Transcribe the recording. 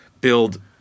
build